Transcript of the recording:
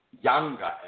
younger